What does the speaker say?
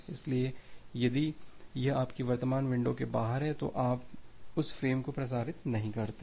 इसलिए यदि यह आपकी वर्तमान विंडो के बाहर है तो आप उस फ्रेम को प्रसारित नहीं करते हैं